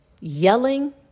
yelling